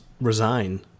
resign